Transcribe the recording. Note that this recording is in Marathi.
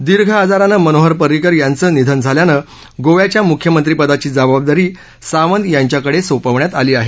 दीर्घ आजारानं मनोहर पर्रिकर यांचं निधन झाल्यानं गोव्याच्या मुख्यमंत्रिपदाची जबाबदारी सावंत यांच्याकडे सोपवण्यात आली आहे